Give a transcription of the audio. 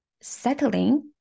settling